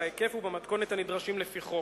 בהיקף ובמתכונת הנדרשים לפי החוק.